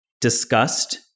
disgust